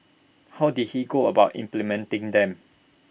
how did he go about implementing them